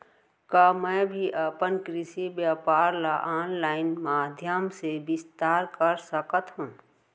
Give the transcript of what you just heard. का मैं भी अपन कृषि व्यापार ल ऑनलाइन माधयम से विस्तार कर सकत हो?